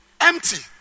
empty